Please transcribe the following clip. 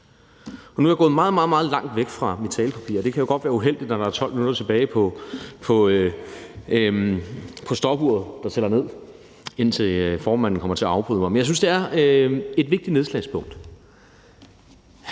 Nu er jeg gået meget, meget langt væk fra mit talepapir, og det kan jo godt være uheldigt, når der er 12 minutter tilbage på stopuret, der tæller ned, indtil formanden kommer til at afbryde mig, men jeg synes, det er et vigtigt nedslagspunkt